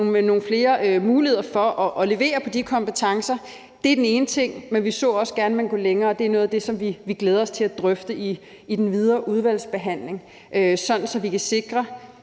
og muligheder for at levere på de kompetencer – det er den ene ting – men vi så også gerne, at man gik længere. Og det er noget af det, så vi glæder os til at drøfte i den videre udvalgsbehandling, sådan at vi kan sikre,